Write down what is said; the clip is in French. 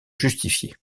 justifier